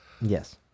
Yes